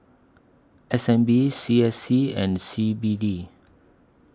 S N B C S C and C B D